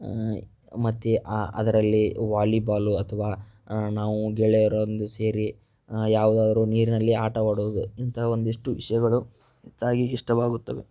ಮತ್ತು ಆ ಅದರಲ್ಲಿ ವಾಲಿಬಾಲು ಅಥ್ವಾ ನಾವು ಗೆಳೆಯರೊಂದು ಸೇರಿ ಯಾವುದಾರು ನೀರಿನಲ್ಲಿ ಆಟವಾಡೋದು ಇಂಥ ಒಂದಿಷ್ಟು ವಿಷಯಗಳು ಹೆಚ್ಚಾಗಿ ಇಷ್ಟವಾಗುತ್ತವೆ